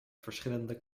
verschillende